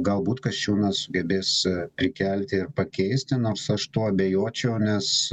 galbūt kasčiūnas sugebėsi prikelti ir pakeisti nors aš tuo abejočiau nes